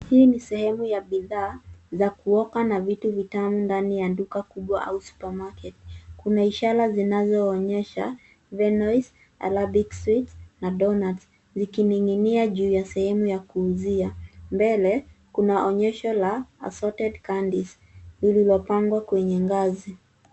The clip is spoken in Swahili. Hii ni sehemu ya bidhaa za kuoka na vitu vitamu ndani ya duka kubwa au supermarket . Kuna ishara zinazoonyesha viennoise , arabic sweet na donuts zikining'inia juu ya sehemu ya kuuzia. Mbele kuna onyesho la assorted candies lililopangwa kwenye ngazi.